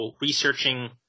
researching